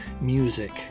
Music